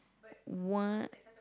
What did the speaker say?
what